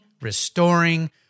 restoring